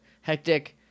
hectic